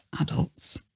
adults